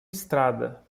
estrada